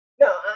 No